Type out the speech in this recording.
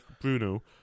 Bruno